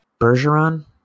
Bergeron